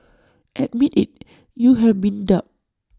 admit IT you have been duped